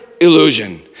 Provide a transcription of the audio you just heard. illusion